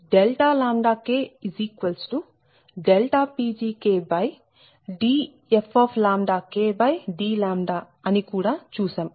మరియు Pgdfdλ అని కూడా చూసాం